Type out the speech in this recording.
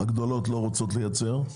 הגדולות לא רוצות לייצר,